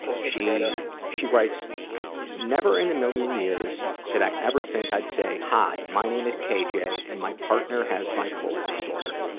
she she writes never in a million years did i ever think i'd say hi, my name is kj and my partner has bi-polar disorder.